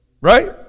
Right